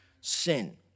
sin